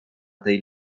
tej